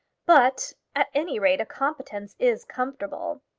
but, at any rate, a competence is comfortable.